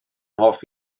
hoff